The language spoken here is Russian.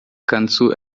концу